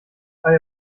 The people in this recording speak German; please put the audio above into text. frei